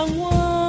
one